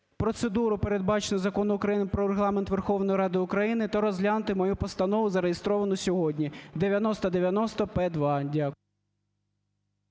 процедуру, передбачену Законом України "Про Регламент Верховної Ради України", та розглянути мою постанову, зареєстровану сьогодні, 9090-П2. Дякую.